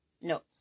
No